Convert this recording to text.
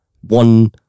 one